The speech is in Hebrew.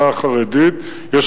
החרדית שמתגייסים עושים עבודה נהדרת.